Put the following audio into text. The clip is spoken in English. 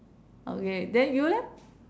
okay then you leh